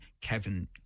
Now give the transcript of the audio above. Kevin